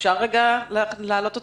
אפשר להעלות אותו?